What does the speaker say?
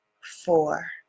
four